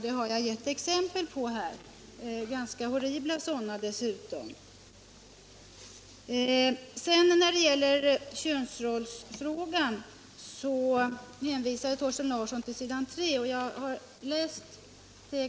Det har jag gett exempel på — ganska horribla sådana dessutom. När det gäller könsrollsfrågan hänvisar Thorsten Larsson till s. 3 i betänkandet.